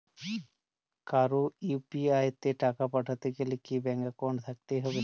কারো ইউ.পি.আই তে টাকা পাঠাতে গেলে কি ব্যাংক একাউন্ট থাকতেই হবে?